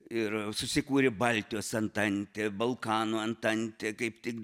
ir susikūrė baltijos antantė balkanų antantė kaip tik